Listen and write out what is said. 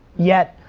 yet,